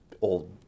old